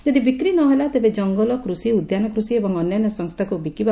ଯଦି ବିକ୍ରୀ ନହେଲା ତେବେ ଜଙ୍ଗଲ କୃଷି ଉଦ୍ୟାନକୃଷି ଏବଂ ଅନ୍ୟାନ୍ୟ ସଂସ୍ତାକ ବିକିବ